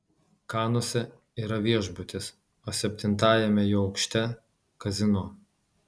kanuose yra viešbutis o septintajame jo aukšte kazino